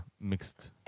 mixed